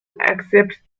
accepts